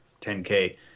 10K